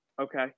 Okay